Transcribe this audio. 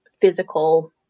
physical